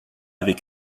avec